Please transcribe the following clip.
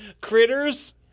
critters